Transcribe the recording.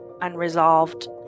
unresolved